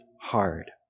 hard